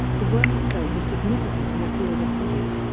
the work itself is significant in the field of physics,